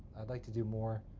i'd like to do more.